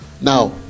now